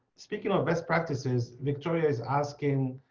speaking of best practices, victoria is asking,